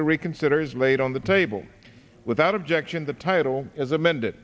to reconsider is laid on the table without objection the title is amend